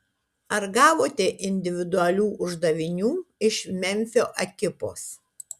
ar gavote individualių uždavinių iš memfio ekipos